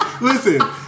Listen